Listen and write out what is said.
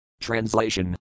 Translation